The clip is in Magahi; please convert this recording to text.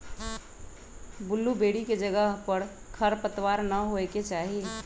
बुल्लुबेरी के जगह पर खरपतवार न होए के चाहि